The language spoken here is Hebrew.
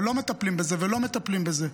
ולא מטפלים בזה ולא מטפלים בזה.